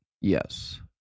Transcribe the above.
Yes